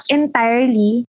entirely